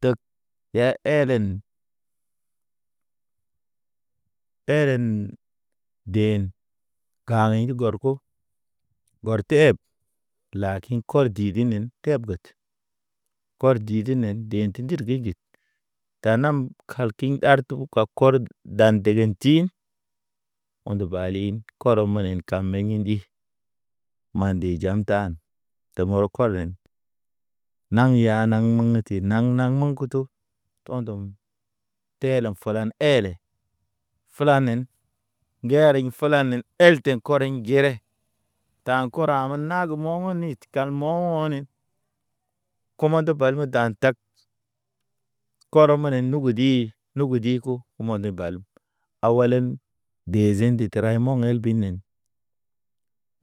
Teg iya helen, helen den gaha̰ aɲ de gɔr ko gɔrte eb, lakḭ kɔr didinen teb get. Kɔr didinen de inti ndirgi jid, tanam kalkiŋ ɗar tog ka kɔr dan degen tin. O̰ de balin kɔrɔ menen ka meyḛ di, ma nde jam tan, ta moro kɔlḛn, naŋ ya naŋ meŋ ti, te naŋ-naŋ meŋgutu to̰ ndoŋ. Tɛlen fulan ɛlɛ fulanen, ŋgeriŋ fulanin. El tiŋ kɔriŋ jirɛ, ta̰ kura mo̰ nagem mo̰ o̰ nit, kan mo̰ o̰ nin. Kumade bali me da̰ tag, kɔr menen nugi di, nugi di ko kumande balem. Aw walen, dezin de tray mo̰ el binen.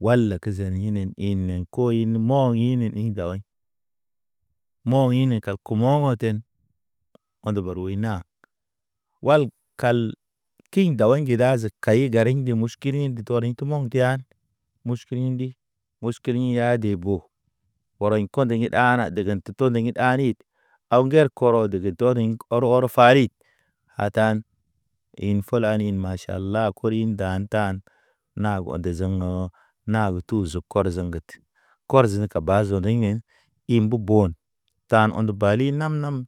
Wal ke zen inen inḛg koyn mo̰ ḭ ne ḭ daway, mo̰ ine kal kumo̰ wɔten. Wande barə wəy na, wal kal, kiŋ daway ŋge daze, ikaye gariŋ nde muskine de tɔriŋ mo̰ŋ teyan, muskilindi. Muskiliŋ ya de bo, ɔrɔy kɔndey ɗa ne degen te to nig ɗa ɗa nit. Aw ŋger korɔ deg doniŋg ɔrɔ-ɔrɔ farid. Atan in fulanin maʃe tʃala kori ɗan tan na ŋgonde zeŋ oo. Na ge tu ze kɔr ze ŋget kɔr zeni ka ba zoni in mbu bon, tan o̰ ndə bali nam- nam.